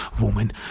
woman